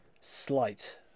slight